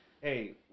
hey